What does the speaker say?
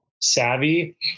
savvy